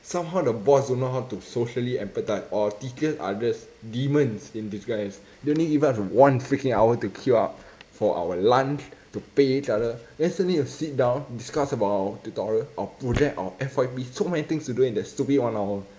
somehow the boss don't know how to socially empathise or tedious others demons in disguise don't even have one freaking hour to queue up for our lunch to pay each other then still need to sit down discuss about our tutorial our project our F_Y_P so many things to do in that stupid one hour